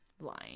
line